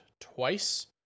twice